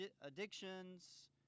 addictions